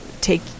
take